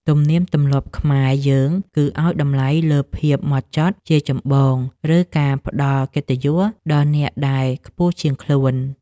ទំនៀមទម្លាប់ខ្មែរយើង គឺឱ្យតម្លៃលើភាពហ្មត់ចត់ជាចម្បង ឬការផ្តល់កិត្តិយសដល់អ្នកដែលខ្ពស់ជាងខ្លួន។